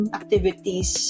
activities